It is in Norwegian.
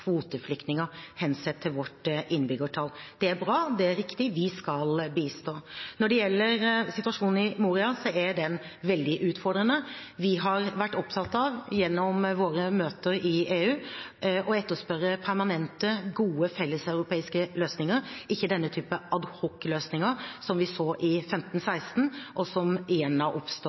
kvoteflyktninger hensett til vårt innbyggertall. Det er bra, og det er riktig – vi skal bistå. Når det gjelder situasjonen i Moria, er den veldig utfordrende. Vi har vært opptatt av gjennom våre møter i EU å etterspørre permanente, gode, felleseuropeiske løsninger, ikke den type adhocløsninger som vi så i 20152016, og som igjen har oppstått